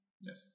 Yes